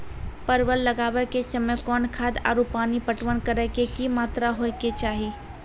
परवल लगाबै के समय कौन खाद आरु पानी पटवन करै के कि मात्रा होय केचाही?